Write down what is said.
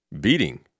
beating